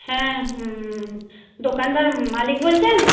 হ্যাঁ হুম দোকানদার মালিক বলছেন